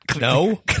No